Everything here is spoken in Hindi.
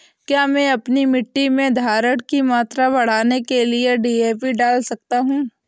क्या मैं अपनी मिट्टी में धारण की मात्रा बढ़ाने के लिए डी.ए.पी डाल सकता हूँ?